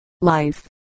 life